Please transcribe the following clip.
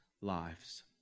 lives